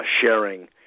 sharing